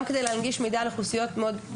גם כדי להנגיש מידע על אוכלוסיות בסיכון.